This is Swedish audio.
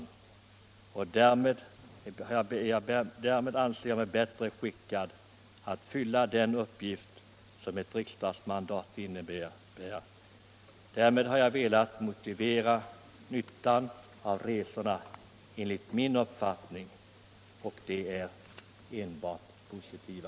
Därmed anser jag mig bättre skickad att fylla den uppgift som ett riksdagsmandat innebär. Med detta har jag velat motivera nyttan av resorna enligt min uppfattning. De är enbart positiva.